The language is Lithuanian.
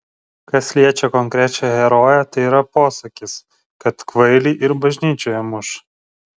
kas liečia konkrečią heroję tai yra posakis kad kvailį ir bažnyčioje muša